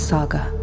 Saga